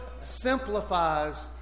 simplifies